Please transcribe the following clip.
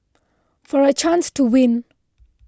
for a chance to win